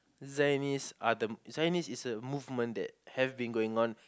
Zionist are the Zionist is a movement that have been going on